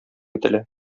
ителә